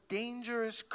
dangerous